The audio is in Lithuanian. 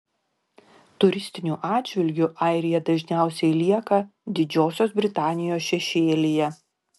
turistiniu atžvilgiu airija dažniausiai lieka didžiosios britanijos šešėlyje